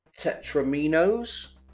Tetraminos